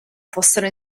fossero